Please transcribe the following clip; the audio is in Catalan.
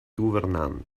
governant